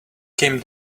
came